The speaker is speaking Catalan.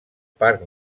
parc